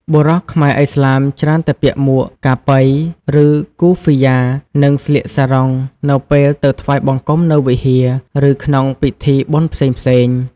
បុរសខ្មែរឥស្លាមច្រើនតែពាក់មួក "កាប៉ី" ឬ "គូហ្វ៊ីយ៉ា" និងស្លៀកសារុងនៅពេលទៅថ្វាយបង្គំនៅវិហារ ឬក្នុងពិធីបុណ្យផ្សេងៗ។